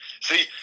See